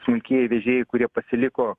smulkieji vežėjai kurie pasiliko